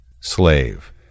slave